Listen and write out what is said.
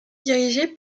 dirigé